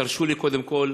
תרשו לי קודם כול